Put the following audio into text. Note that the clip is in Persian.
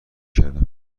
کردم